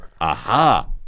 Aha